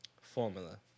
formula